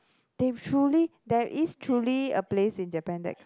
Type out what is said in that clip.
they truly there is truly a place in Japan that